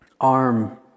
arm